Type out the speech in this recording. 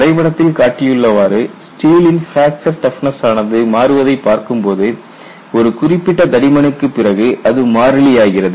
வரைபடத்தில் காட்டியுள்ளவாறு ஸ்டீலின் பிராக்சர் டஃப்னஸ் ஆனது மாறுவதை பார்க்கும்போது ஒரு குறிப்பிட்ட தடிமனுக்குப் பிறகு அது மாறிலியாகிறது